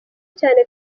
cyane